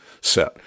set